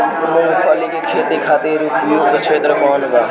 मूँगफली के खेती खातिर उपयुक्त क्षेत्र कौन वा?